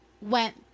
went